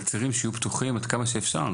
להשאיר את הצירים פתוחים עד כמה שאפשר,